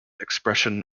expression